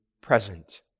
present